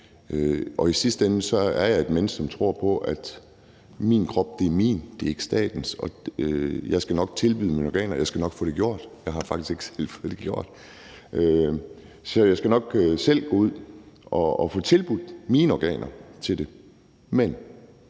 og i sidste ende er jeg et menneske, som tror på, at min krop er min; den er ikke statens, og jeg skal nok tilbyde mine organer. Jeg skal nok få det gjort – jeg har faktisk ikke selv fået det gjort – så jeg skal nok selv gå ud og få tilbudt mine organer til det.